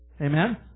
Amen